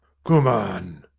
come on!